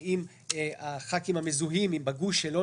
אם חברי הכנסת המזוהים בגוש שלו,